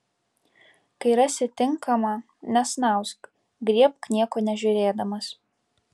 kai rasi tinkamą nesnausk griebk nieko nežiūrėdamas